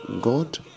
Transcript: God